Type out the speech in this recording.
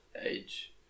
age